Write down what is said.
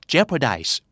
Jeopardize